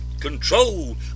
control